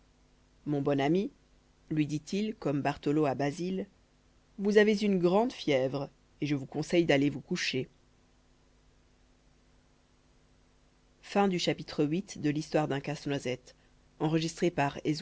mon bon ami lui dit-il comme bartholo à basile vous avez une grande fièvre et je vous conseille d'aller vous coucher